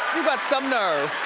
you got some nerve.